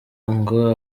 ngo